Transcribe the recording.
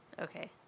Okay